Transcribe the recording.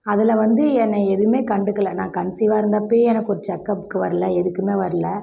அதில் வந்து என்ன எதுவுமே கண்டுக்கலை நான் கன்சிவ்வாக இருந்தப்போவே எனக்கு ஒரு செக்கப்க்கு வரல எதுக்குமே வரல